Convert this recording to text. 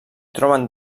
troben